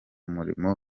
murimo